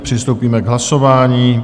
Přistoupíme k hlasování.